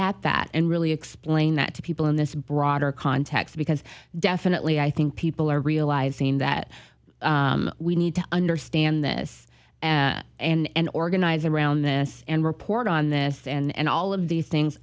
at that and really explain that to people in this broader context because definitely i think people are realizing that we need to understand this and organize around this and report on this and all of these things